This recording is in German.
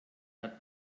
hat